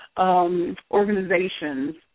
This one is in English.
organizations